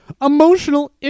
emotional